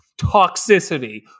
toxicity